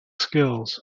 skills